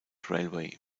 railway